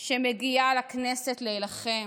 שמגיעה לכנסת להילחם,